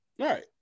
Right